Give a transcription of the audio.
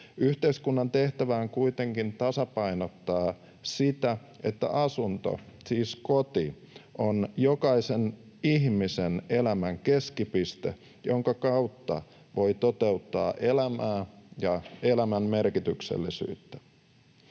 Yhteiskunnan tehtävä on kuitenkin tasapainottaa sitä, että asunto, siis koti, on jokaisen ihmisen elämän keskipiste, jonka kautta voi toteuttaa elämää ja elämän merkityksellisyyttä.